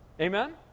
Amen